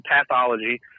pathology